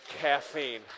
caffeine